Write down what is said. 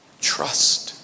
Trust